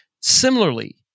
Similarly